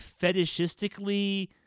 fetishistically